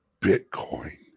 Bitcoin